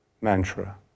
mantra